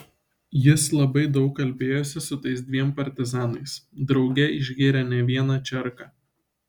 jis labai daug kalbėjosi su tais dviem partizanais drauge išgėrė ne vieną čierką